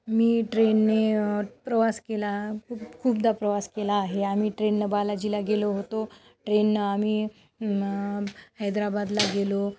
मी ट्रेनने प्रवास केला खूप खूपदा प्रवास केला आहे आम्ही ट्रेननं बालाजीला गेलो होतो ट्रेननं आम्ही मं हैदराबादला गेलो